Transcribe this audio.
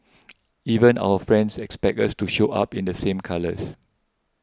even our friends expect us to show up in the same colours